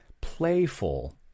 playful